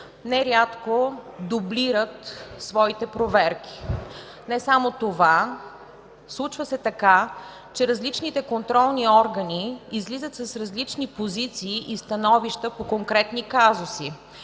нерядко дублират своите проверки. Не само това, случва се така, че различните контролни органи излизат с различни позиции и становища по конкретни казуси.